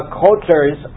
cultures